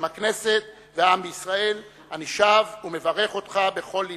בשם הכנסת והעם בישראל אני שב ומברך אותך בכל לבי,